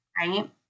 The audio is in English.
Right